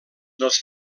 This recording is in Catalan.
dels